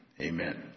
Amen